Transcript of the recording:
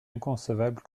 inconcevable